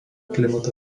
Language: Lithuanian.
klimato